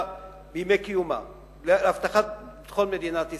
בימי קיומה של מדינת ישראל להבטחת ביטחונה,